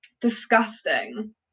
disgusting